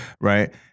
right